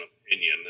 opinion